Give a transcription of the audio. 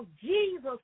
Jesus